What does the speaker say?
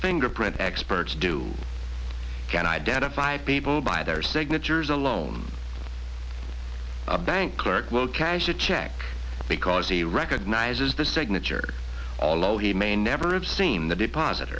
fingerprint experts do can identify people by their signatures alone a bank clerk will cash a check because he recognizes the signature all oh he may never have seen the deposit